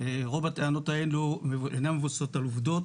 רוב הטענות האלה אינן מבוססות על עובדות,